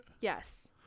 Yes